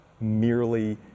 merely